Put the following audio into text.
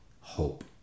hope